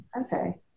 okay